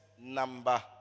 number